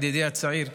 ידידי הצעיר.